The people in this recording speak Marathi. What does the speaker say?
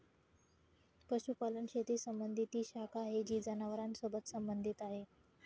पशुपालन शेती संबंधी ती शाखा आहे जी जनावरांसोबत संबंधित आहे